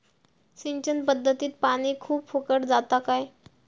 सिंचन पध्दतीत पानी खूप फुकट जाता काय?